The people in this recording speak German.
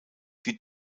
die